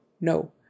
no